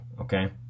okay